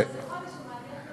זה כבר חודש.